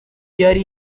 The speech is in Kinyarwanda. yari